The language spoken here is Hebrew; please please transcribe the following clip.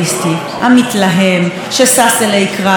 התפקיד שלנו זה להציג אלטרנטיבה ברורה.